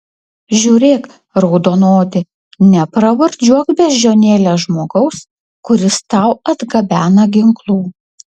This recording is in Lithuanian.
žiūrėk raudonodi nepravardžiuok beždžionėle žmogaus kuris tau atgabena ginklų